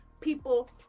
people